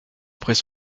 après